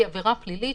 היא עברה פלילית,